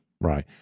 Right